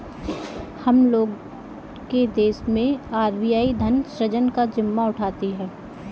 हम लोग के देश मैं आर.बी.आई धन सृजन का जिम्मा उठाती है